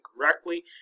correctly